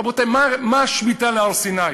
רבותי, מה עניין שמיטה להר-סיני?